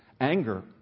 anger